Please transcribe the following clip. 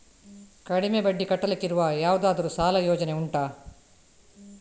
ಕಡಿಮೆ ಬಡ್ಡಿ ಕಟ್ಟಲಿಕ್ಕಿರುವ ಯಾವುದಾದರೂ ಸಾಲ ಯೋಜನೆ ಉಂಟಾ